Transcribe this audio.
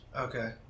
Okay